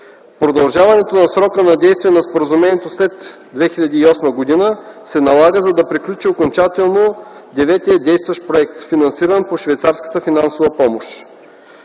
Продължаването на срока на действие на споразумението след 2008 г. се налага, за да приключи окончателно деветият действащ проект, финансиран по швейцарската финансова помощ.